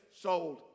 sold